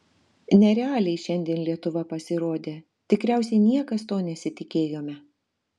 nerealiai šiandien lietuva pasirodė tikriausiai niekas to nesitikėjome